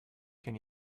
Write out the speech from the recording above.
can